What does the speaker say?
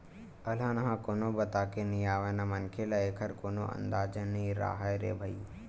अलहन ह कोनो बताके नइ आवय न मनखे ल एखर कोनो अंदाजा नइ राहय रे भई